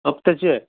हप्त्याची आहे